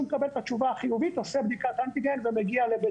מקבל את התשובה הוא עושה בדיקת אנטיגן ומגיע לבית